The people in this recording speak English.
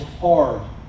hard